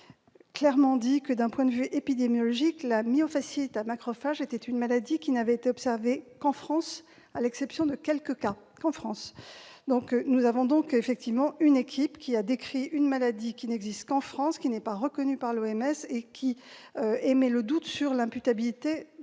dit clairement que, d'un point de vue épidémiologique, la myofasciite à macrophages était une maladie qui n'avait été observée qu'en France, à l'exception de quelques cas. Nous sommes donc en face d'une équipe ayant décrit une maladie qui n'existe qu'en France et n'est pas reconnue par l'OMS et cette équipe sème le doute sur l'imputabilité